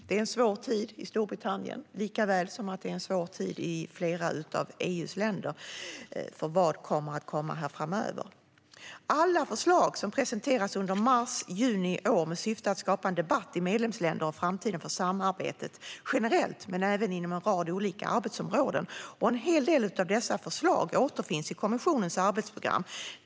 Det är en svår tid i Storbritannien liksom i flera av EU:s länder, för vad kommer att komma framöver? Alla förslag presenterades i mars till juni i år i syfte att skapa en debatt i medlemsländerna om framtiden för samarbetet generellt men även inom en rad olika arbetsområden. En hel del av dessa förslag återfinns i kommissionens arbetsprogram.